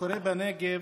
שקורה בנגב: